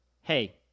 hey